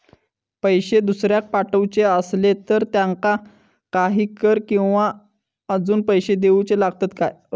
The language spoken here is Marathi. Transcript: पैशे दुसऱ्याक पाठवूचे आसले तर त्याका काही कर किवा अजून पैशे देऊचे लागतत काय?